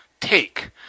take